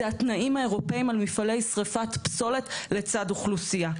זה התנאים האירופים על מפעלי שריפת פסולת לצד אוכלוסייה.